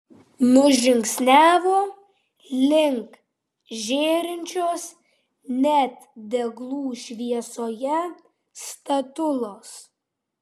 nužingsniavo link žėrinčios net deglų šviesoje statulos